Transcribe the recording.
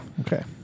okay